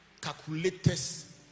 calculators